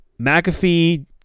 McAfee